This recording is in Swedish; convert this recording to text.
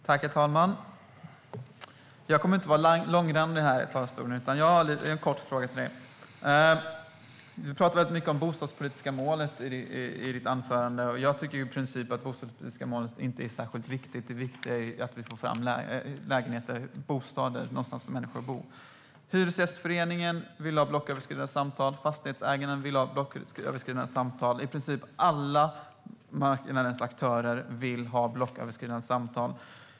Herr talman! Jag ska inte vara långrandig, men jag har en kort fråga till dig. Du pratade väldigt mycket om det bostadspolitiska målet i ditt anförande. Jag tycker i princip att det bostadspolitiska målet inte är särskilt viktigt. Det viktiga är att få fram bostäder så att människor har någonstans att bo. Hyresgästföreningen, Fastighetsägarna och i princip alla marknadens aktörer vill ha blocköverskridande samtal.